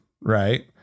right